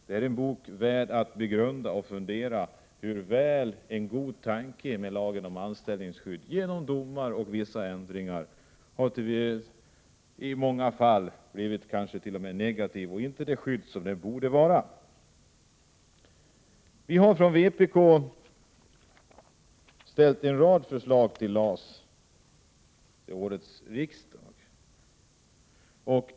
Det är en bok värd att begrunda och som får en att fundera över hur en god tanke med lagen om anställningsskydd genom domar och vissa ändringar i många fall kanske t.o.m. har blivit negativ och inte utgör det skydd som den borde vara. Till årets riksmöte har vi från vpk ställt en rad förslag beträffande LAS.